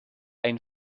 ein